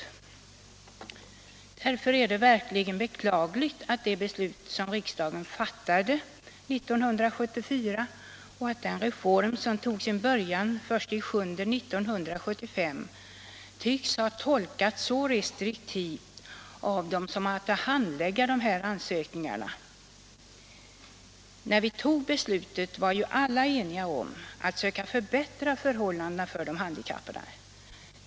Det är verkligen beklagligt att det beslut som riksdagen fattade 1974 och den reform som började tillämpas den 1 juli 1975 tycks ha tolkats så restriktivt av dem som haft att handlägga ansökningarna. När beslutet fattades var ju alla eniga om att söka förbättra förhållandena för de handikappade.